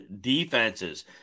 defenses